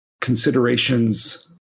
considerations